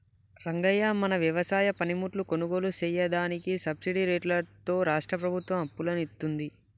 రంగయ్య మన వ్యవసాయ పనిముట్లు కొనుగోలు సెయ్యదానికి సబ్బిడి రేట్లతో రాష్ట్రా ప్రభుత్వం అప్పులను ఇత్తుంది